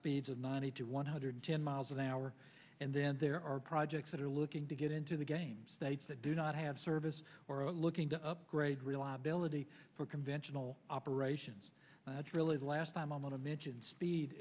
speeds of ninety to one hundred ten miles an hour and then there are projects that are looking to get into the game states that do not have service or are looking to upgrade reliability for conventional operations that's really the last time momentum engine speed